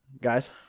Guys